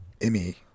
Emmy